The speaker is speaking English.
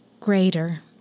greater